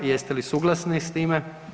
Jeste li suglasni s time?